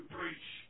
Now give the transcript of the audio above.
preach